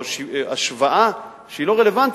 או השוואה שהיא לא רלוונטית,